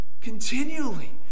continually